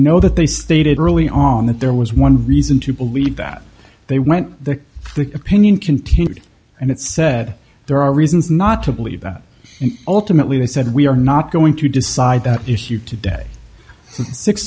know that they stated early on that there was one reason to believe that they went the opinion continued and it said there are reasons not to believe that and ultimately they said we are not going to decide that issue today six